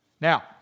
Now